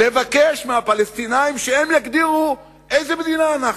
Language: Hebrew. לבקש מהפלסטינים שהם יגדירו איזו מדינה אנחנו.